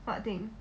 what thing